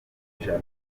kwicara